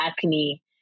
acne